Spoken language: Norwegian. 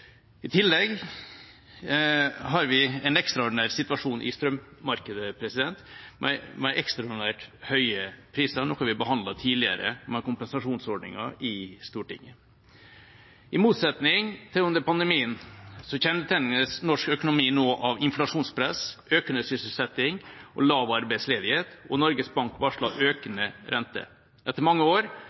I tillegg har vi en ekstraordinær situasjon i strømmarkedet, med ekstraordinært høye priser, noe vi behandlet tidligere med kompensasjonsordninga i Stortinget. I motsetning til under pandemien kjennetegnes norsk økonomi nå av inflasjonspress, økende sysselsetting og lav arbeidsledighet, og Norges Bank varsler økende rente. Etter mange år